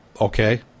okay